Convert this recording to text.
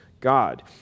God